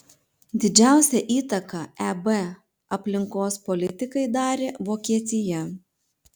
didžiausią įtaką eb aplinkos politikai darė vokietija